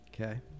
okay